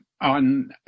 On